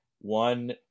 One